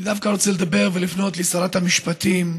אני דווקא רוצה לדבר ולפנות לשרת המשפטים,